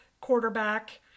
quarterback